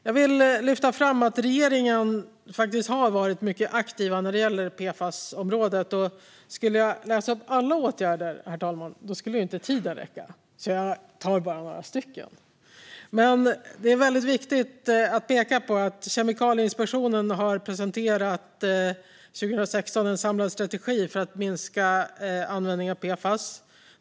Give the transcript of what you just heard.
Jag vill lyfta fram att regeringen faktiskt har varit mycket aktiv när det gäller PFAS. Skulle jag läsa upp alla åtgärder, herr talman, skulle tiden inte räcka, så jag tar bara några stycken. Det är väldigt viktigt att peka på att Kemikalieinspektionen 2016 presenterade en samlad strategi för att minska användningen av PFAS.